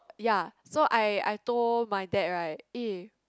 ya so I I told my dad right eh